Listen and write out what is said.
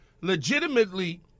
legitimately